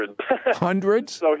Hundreds